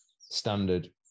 standard